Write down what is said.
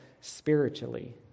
spiritually